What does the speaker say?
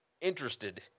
interested